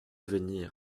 venir